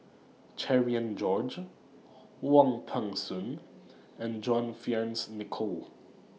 Cherian George Wong Peng Soon and John Fearns Nicoll